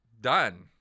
done